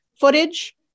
footage